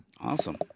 Awesome